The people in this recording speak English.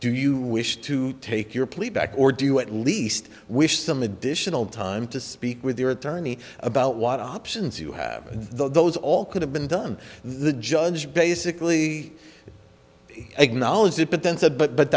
do you wish to take your plea back or do you at least wish some additional time to speak with your attorney about what options you have though those all could have been done the judge basically acknowledged it but then said but but